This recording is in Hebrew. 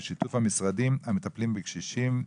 בשיתוף עם המשרדים המטפלים בקשישים.